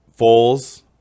Foles